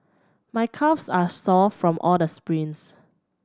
my calves are sore from all the sprints